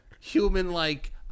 human-like